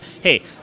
hey